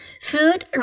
Food